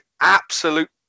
absolute